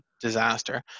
disaster